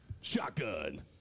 Shotgun